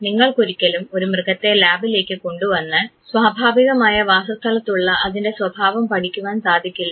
നിങ്ങൾക്കൊരിക്കലും ഒരു മൃഗത്തെ ലാബിലേക്ക് കൊണ്ടുവന്ന് സ്വാഭാവികമായ വാസസ്ഥലത്തുള്ള അതിൻറെ സ്വഭാവം പഠിക്കുവാൻ സാധിക്കില്ല